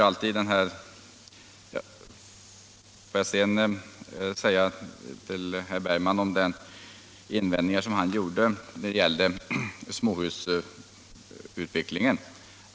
Sedan ett par ord till herr Bergman om de invändningar som han gjorde i fråga om småhusutvecklingen.